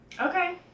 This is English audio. Okay